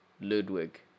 Ludwig